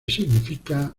significa